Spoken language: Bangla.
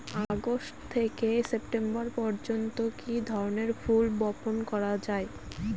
আগস্ট থেকে সেপ্টেম্বর পর্যন্ত কি ধরনের ফুল বপন করা যায়?